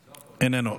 איננו.